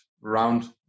round